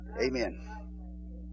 Amen